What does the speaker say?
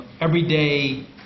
everyday